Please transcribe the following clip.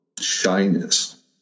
shyness